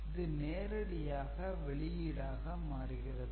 இது நேரடியாக வெளியீடாக மாறுகிறது